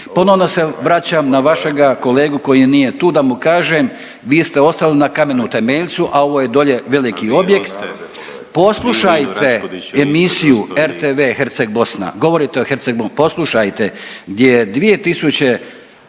ponovno se vraćam na vašega kolegu koji nije tu da mu kažem vi ste ostali na kamenu temeljcu, a ovo je dolje veliki objekt. …/Upadica se ne razumije./… Poslušajte emisiju RTV Herceg Bosna, govoriti o Herceg, poslušajte gdje 2.000